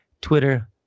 Twitter